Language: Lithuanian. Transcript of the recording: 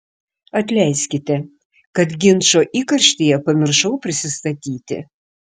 atleiskite kad ginčo įkarštyje pamiršau prisistatyti